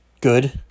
good